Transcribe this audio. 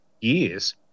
years